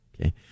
Okay